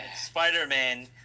Spider-Man